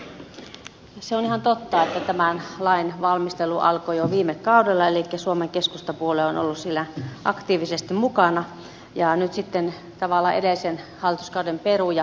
se on ihan totta että tämän lain valmistelu alkoi jo viime kaudella elikkä suomen keskustapuolue on ollut siellä aktiivisesti mukana ja nyt sitten tavallaan edellisen hallituskauden peruja viedään eteenpäin